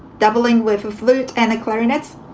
double english flute and the clarinets,